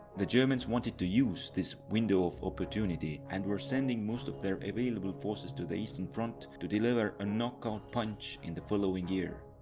the germans wanted to use this window of opportunity and were sending most of their available forces to the eastern front to deliver a knock-out punch in the following year.